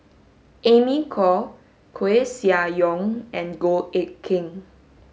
Amy Khor Koeh Sia Yong and Goh Eck Kheng